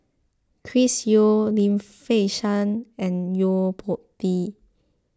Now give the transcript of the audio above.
Chris Yeo Lim Fei Shen and Yo Po Tee